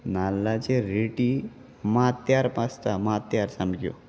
नाल्लाचे रेटी माथ्यार पासता माथ्यार सामक्यो